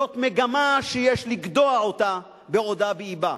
זאת מגמה שיש לגדוע אותה בעודה באבה.